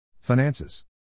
Finances